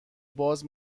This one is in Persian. باز